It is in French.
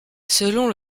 selon